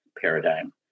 paradigm